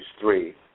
Three